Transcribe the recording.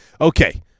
Okay